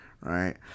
right